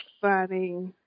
funny